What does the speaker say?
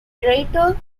greater